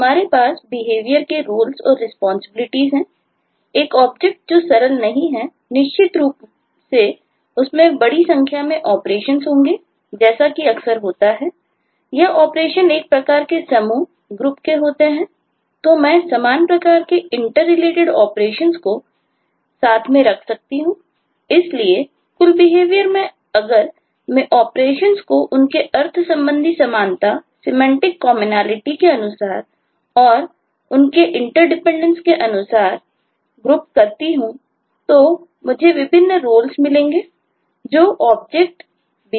हमारे पास बिहेवियर हो सकती हैं